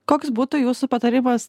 koks būtų jūsų patarimas